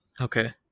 Okay